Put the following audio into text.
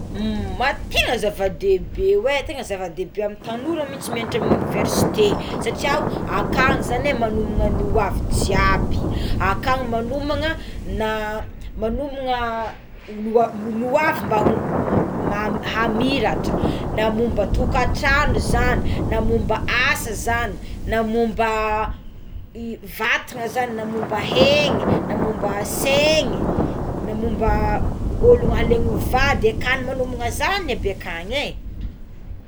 Mm ma tegna zava-dehibe oé tegna zava- dehibe amign' ny tanora mianatra amigny universite satry ao akagny zagny é manomana ny ho avy jiaby akagny manomana manomana ny hoavy mba hamiratra na momba tokatrano zany na momba asa zagny na momba vatana zagny na momba hegny na momba tegny momba olo alaignao ho vady ekagny magnomagna zagny akagny é.